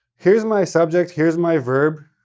here's my subject, here's my verb,